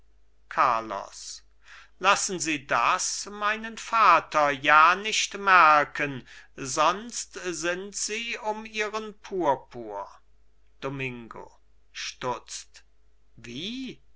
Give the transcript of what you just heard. carlos lassen sie das meinen vater ja nicht merken sonst sind sie um ihren purpur domingo stutzt wie